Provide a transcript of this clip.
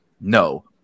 no